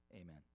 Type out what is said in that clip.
Amen